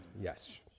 Yes